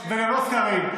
וגם לא סקרים,